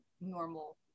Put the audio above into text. normal